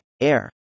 Air